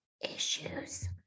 issues